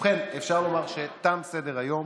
ובכן, אפשר לומר שתם סדר-היום.